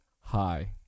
Hi